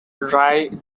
rye